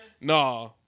Nah